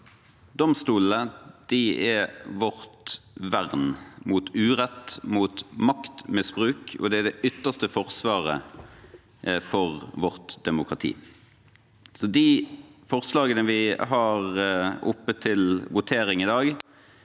Domstolene er vårt vern mot urett og mot maktmisbruk, og det er det ytterste forsvaret for vårt demokrati. De forslagene vi har oppe til votering i dag,